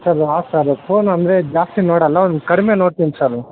sir ಹಾಂ sir phone ಅಂದರೆ ಜಾಸ್ತಿ ನೋಡಲ್ಲ ಒಂದು ಕಡಿಮೆ ನೋಡ್ತೀನಿ ಸರ್